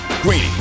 Greeny